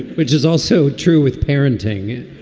which is also true with parenting